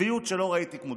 צביעות שלא ראיתי כמותה.